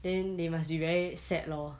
then they must be very sad lor